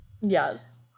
Yes